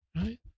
Right